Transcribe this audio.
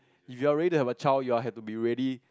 if you're ready to have a child you are have to be ready